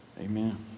Amen